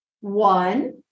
one